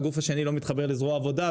והגוף השני לא מתחבר לזרוע העבודה.